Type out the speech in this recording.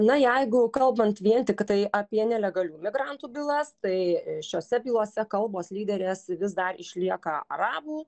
na jeigu kalbant vien tiktai apie nelegalių migrantų bylas tai šiose bylose kalbos lyderės vis dar išlieka arabų